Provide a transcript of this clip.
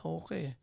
okay